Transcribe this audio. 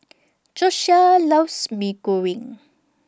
Josiah loves Mee Goreng